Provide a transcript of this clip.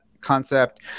concept